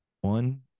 one